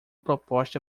proposta